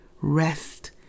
Rest